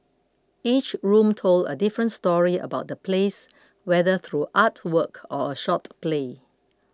each room told a different story about the place whether through artwork or a short play